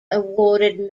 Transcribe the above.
awarded